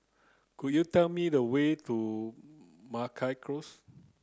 could you tell me the way to Meragi Close